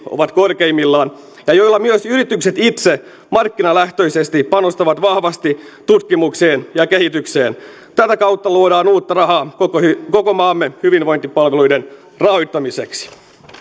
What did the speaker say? ovat korkeimmillaan ja joilla myös yritykset itse markkinalähtöisesti panostavat vahvasti tutkimukseen ja kehitykseen tätä kautta luodaan uutta rahaa koko maamme hyvinvointipalveluiden rahoittamiseksi